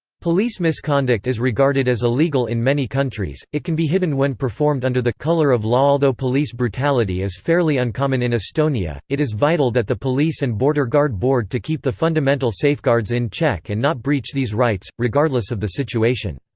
police misconduct is regarded as illegal in many countries it can be hidden when performed under the colour of law'although police brutality is fairly uncommon in estonia, it is vital that the police and border guard board to keep the fundamental safeguards in check and not breach these rights, regardless of the situation.